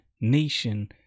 nation